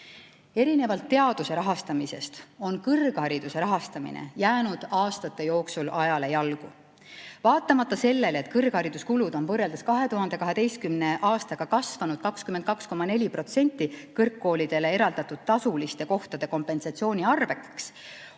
Erinevalt teaduse rahastamisest on kõrghariduse rahastamine jäänud aastate jooksul ajale jalgu. Vaatamata sellele, et kõrghariduskulud on võrreldes 2012. aastaga kasvanud 22,4% kõrgkoolidele eraldatud tasuliste kohtade kompensatsiooniks,